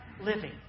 living